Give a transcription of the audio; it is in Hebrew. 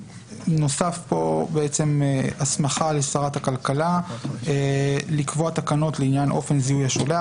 נוספה פה הסמכה לשרת הכלכלה לקבוע תקנות לעניין אופן זיהוי השולח.